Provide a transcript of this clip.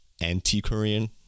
anti-Korean